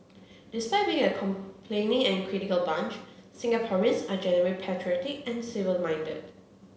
despite being a complaining and critical bunch Singaporeans are generally patriotic and civil minded